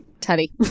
Teddy